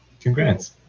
Congrats